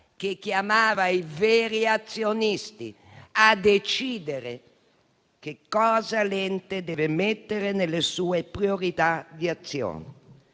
che chiamava i veri azionisti a decidere che cosa l'ente deve mettere nelle sue priorità di azione.